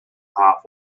half